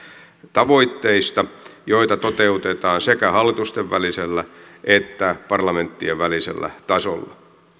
tavoitteista joita toteutetaan sekä hallitusten välisellä että parlamenttien välisellä tasolla